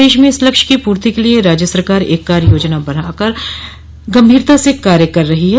प्रदेश में इस लक्ष्य की पूर्ति के लिए राज्य सरकार एक कार्य योजना बनाकर गम्भीरता से कार्य कर रही है